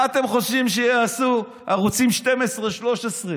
מה אתם חושבים שיעשו ערוצים 12, 13,